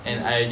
mm